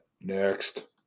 next